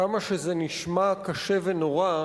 כמה שזה נשמע קשה ונורא,